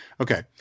Okay